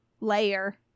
layer